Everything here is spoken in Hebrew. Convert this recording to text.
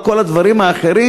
על כל הדברים האחרים,